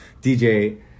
DJ